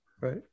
Right